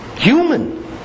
Human